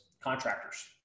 contractors